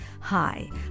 Hi